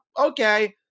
Okay